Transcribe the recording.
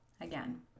again